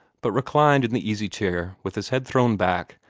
but reclined in the easy-chair with his head thrown back,